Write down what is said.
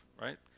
right